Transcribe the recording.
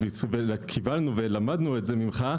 קיבלנו ולמדנו את זה ממך.